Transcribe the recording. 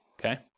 okay